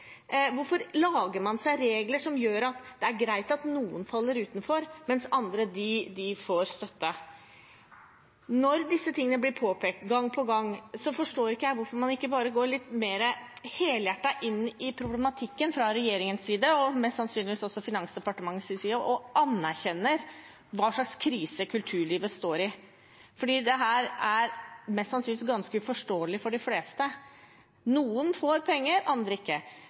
Hvorfor lager man regler som gjør at det er greit at noen faller utenfor, mens andre får støtte? Når disse tingene blir påpekt gang på gang, forstår ikke jeg hvorfor man ikke bare går litt mer helhjertet inn i problematikken fra regjeringens side, og mest sannsynligvis fra Finansdepartementets side, og anerkjenner krisen kulturlivet står i? Dette er sannsynligvis uforståelig for de fleste. Noen får penger, andre ikke.